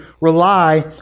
rely